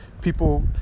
people